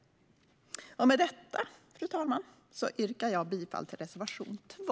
Med detta, fru talman, yrkar jag bifall till reservation 2.